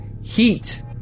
Heat